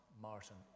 Martin